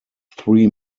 three